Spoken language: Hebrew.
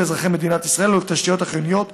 לאזרחי מדינת ישראל ולתשתיות החיוניות,